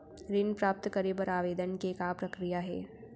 ऋण प्राप्त करे बर आवेदन के का प्रक्रिया हे?